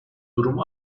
durum